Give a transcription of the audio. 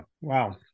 Wow